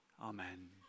Amen